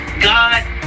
God